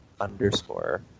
underscore